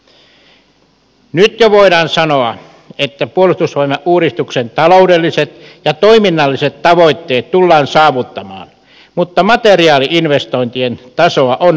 nyt jo voidaan sanoa että puolustusvoimauudistuksen taloudelliset ja toiminnalliset tavoitteet tullaan saavuttamaan mutta materiaali investointien tasoa on nostettava